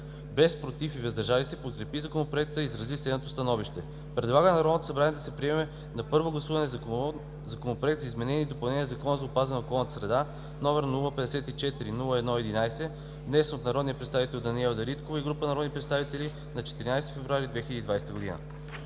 без „против“ и „въздържал се“ подкрепи Законопроекта и изрази следното становище: Предлага на Народното събрание да приеме на първо гласуване Законопроект за изменение и допълнение на Закона за опазване на околната среда, № 054-01-11, внесен от народния представител Даниела Дариткова и група народни представители на 14 февруари 2020 г.“